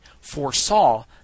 foresaw